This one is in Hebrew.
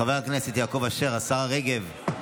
חבר הכנסת יעקב אשר, השרה רגב.